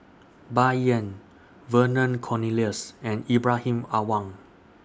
Bai Yan Vernon Cornelius and Ibrahim Awang